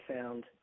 found